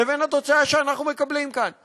לבין התוצאה שאנחנו מקבלים כאן.